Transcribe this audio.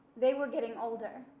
they were getting older,